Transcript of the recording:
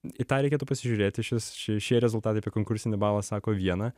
į tą reikėtų pasižiūrėti iš vis šie šie rezultatai apie konkursinį balą sako vieną